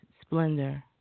splendor